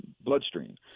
bloodstream